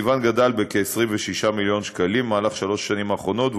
תקציבן גדל בכ-26 מיליון ש"ח בשלוש השנים האחרונות,